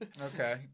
Okay